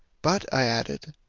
but, i added,